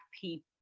people